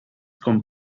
con